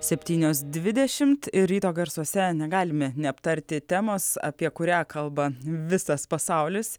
septynios dvidešimt ryto garsuose negalime neaptarti temos apie kurią kalba visas pasaulis